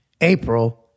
April